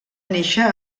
néixer